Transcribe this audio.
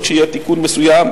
יכול להיות עוד שיהיה תיקון מסוים,